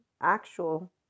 actual